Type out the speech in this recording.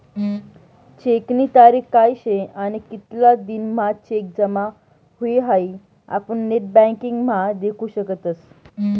चेकनी तारीख काय शे आणि कितला दिन म्हां चेक जमा हुई हाई आपुन नेटबँकिंग म्हा देखु शकतस